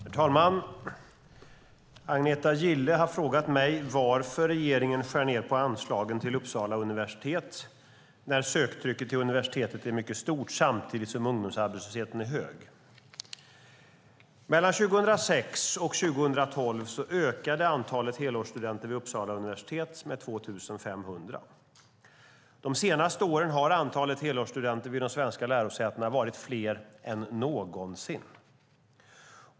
Herr talman! Agneta Gille har frågat mig varför regeringen skär ned på anslagen till Uppsala universitet när söktrycket till universitetet är mycket stort samtidigt som ungdomsarbetslösheten är hög. Mellan 2006 och 2012 ökade antalet helårsstudenter vid Uppsala universitet med 2 500. De senaste åren har antalet helårsstudenter vid de svenska lärosätena varit högre än någonsin.